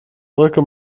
brücke